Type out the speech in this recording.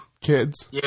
kids